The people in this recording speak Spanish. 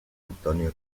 antonio